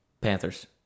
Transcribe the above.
Panthers